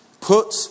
Put